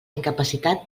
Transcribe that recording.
incapacitat